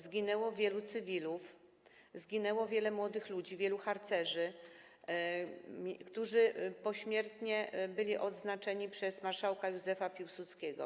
Zginęło wielu cywilów, zginęło wielu młodych ludzi, harcerzy, którzy pośmiertnie zostali odznaczeni przez marszałka Józefa Piłsudskiego.